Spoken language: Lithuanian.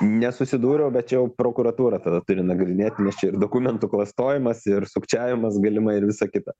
nesusidūriau bet čia jau prokuratūra tada turi nagrinėt nes čia ir dokumentų klastojimas ir sukčiavimas galimai ir visa kita